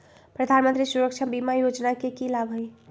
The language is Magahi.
प्रधानमंत्री सुरक्षा बीमा योजना के की लाभ हई?